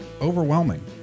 overwhelming